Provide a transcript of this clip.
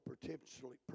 potentially